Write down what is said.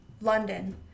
London